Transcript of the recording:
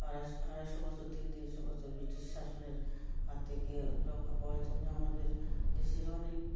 আড়াইশো আড়াইশো বছর থেকে তিনশো বছর ব্রিটিশ শাসনের হাত থেকে রক্ষা পাওয়ার জন্য আমাদের দেশের অনেক